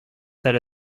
that